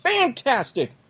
Fantastic